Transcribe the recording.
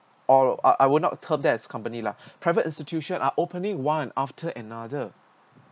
or I I will not term that as company lah private institution are opening one after another